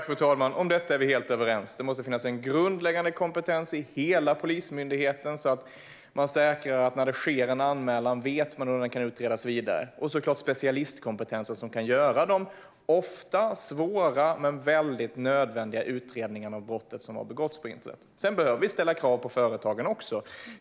Fru talman! Om detta är vi helt överens. Det måste finnas en grundläggande kompetens i hela Polismyndigheten så att man säkrar att man när det sker en anmälan vet om den kan utredas vidare. Det måste såklart även finnas specialistkompetens som kan göra de ofta svåra men väldigt nödvändiga utredningarna av de brott som har begåtts på internet. Sedan behöver vi ställa krav också på företagen.